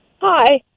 Hi